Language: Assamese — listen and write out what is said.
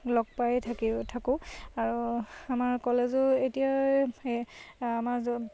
লগ পাই থাকি থাকোঁ আৰু আমাৰ কলেজো এতিয়া এই আমাৰ